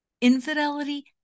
Infidelity